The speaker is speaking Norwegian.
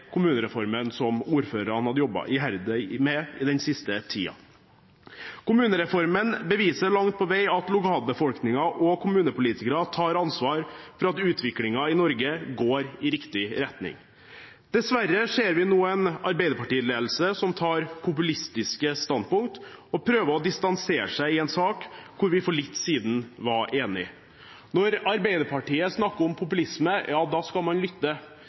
kommunereformen som ordførerne hadde jobbet iherdig med den siste tiden. Kommunereformen beviser langt på vei at lokalbefolkningen og kommunepolitikerne tar ansvar for at utviklingen i Norge går i riktig retning. Dessverre ser vi nå en Arbeiderparti-ledelse som tar populistiske standpunkter og prøver å distansere seg i en sak hvor vi for litt siden var enige. Når Arbeiderpartiet snakker om populisme, da skal man lytte.